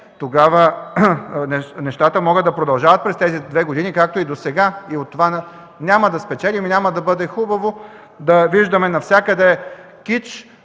тогава нещата могат да продължават през тези две години, както и досега. От това няма да спечелим. Няма да бъде хубаво да виждаме навсякъде кич,